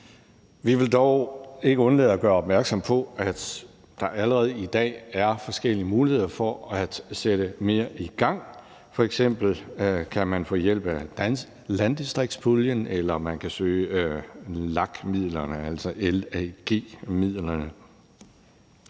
Vi vil dog ikke undlade at gøre opmærksom på, at der allerede i dag er forskellige muligheder for at sætte flere ting i gang. F.eks. kan man få hjælp af landdistriktspuljen, eller man kan søge LAG-midlerne.